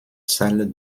salle